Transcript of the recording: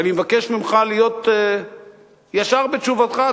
ואני מבקש ממך להיות ישר בתשובתך,